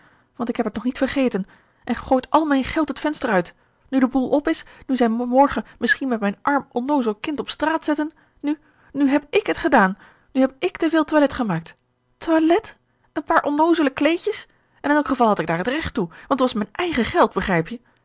want ik heb het nog niet vergeten en gooit al mijn geld het venster uit nu de boel op is nu zij mij morgen misschien met mijn arm onnoozel kind op straat zetten nu nu heb ik het gedaan nu heb ik te veel toilet gemaakt toilet een paar onnoozele kleedjes en in elk geval had ik daar het regt toe want het was mijn eigen geld begrijp je